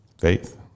faith